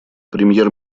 премьер